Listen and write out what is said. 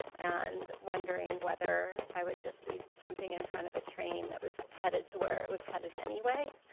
and wondering whether i would just be jumping in front of a train that was headed to where it was headed anyway,